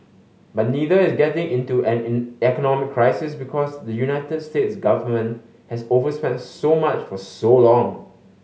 but neither is getting into an economic crisis because the United States government has overspent so much for so long